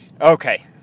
Okay